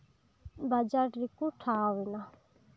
ᱵᱟᱡᱟᱨ ᱨᱮᱠᱚ ᱴᱷᱟᱶ ᱮᱱᱟ